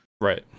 Right